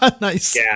nice